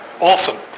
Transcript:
Awesome